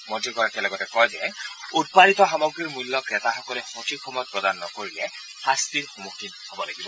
মন্ৰীগৰাকীয়ে লগতে কয় যে উৎপাদিত সামগ্ৰীৰ মূল্য ক্ৰেতাসকলে সঠিক সময়ত প্ৰদান নকৰিলে শাস্তিৰ সন্মুখীন হ'ব লাগিব